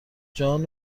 جان